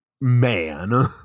man